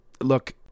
look